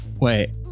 wait